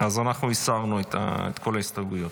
אנחנו הסרנו את כל ההסתייגויות.